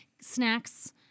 snacks